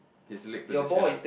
his leg position ah